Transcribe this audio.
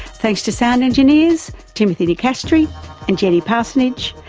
thanks to sound engineers timothy nicastri and jenny parsonage.